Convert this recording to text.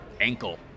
ankle